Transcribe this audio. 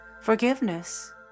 Forgiveness